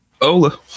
Ola